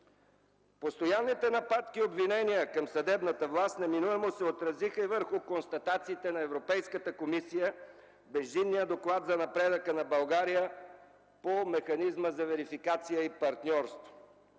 Постоянните нападки и обвинения към съдебната власт неминуемо се отразиха и върху констатациите на Европейската комисия в Междинния доклад за напредъка на България по механизма за верификация и партньорство.